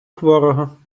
хворого